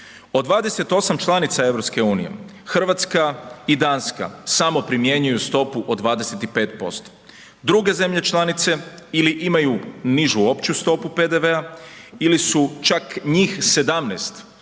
Od 28 članica EU, Hrvatska i Danska samo primjenjuju stopu od 25%. Druge zemlje članice ili imaju nižu opću stopu PDV-a ili su, čak njih 17